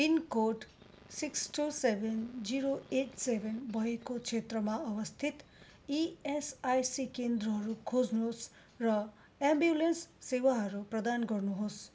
pin code six two seven zero eight seven भएको क्षेत्रमा अवस्थित इएसआइसी केन्द्रहरू खोज्नुहोस् र एम्बुलेन्स सेवाहरू प्रदान गर्नुहोस्